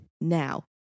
now